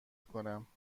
کنم